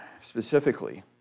specifically